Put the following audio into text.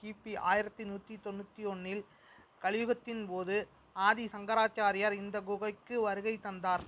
கிபி ஆயிரத்தி நூற்றி தொண்ணூற்றி ஒன்றில் கலியுகத்தின் போது ஆதி சங்கராச்சாரியார் இந்த குகைக்கு வருகைத் தந்தார்